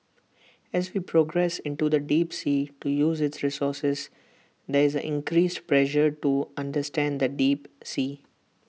as we progress into the deep sea to use its resources there is increased pressure to understand the deep sea